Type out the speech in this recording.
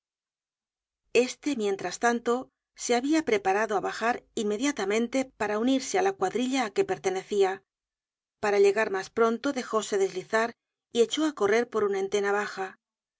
este mientras tanto se habia preparado á bajar inmediatamente para unirse á la cuadrilla á que pertenecia para llegar mas pronto dejóse deslizar y echó á correr por una entena baja